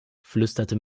flüsterte